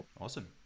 Awesome